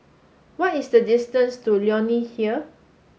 what is the distance to Leonie Hill